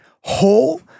whole